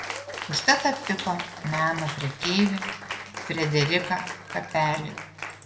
užtat aptiko meno prekeivį frederiką kapelį